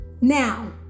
Now